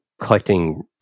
collecting